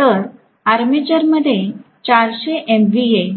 तर आर्मेचरमध्ये 400 MVA